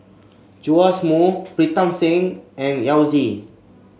Joash Moo Pritam Singh and Yao Zi